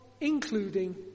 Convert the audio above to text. including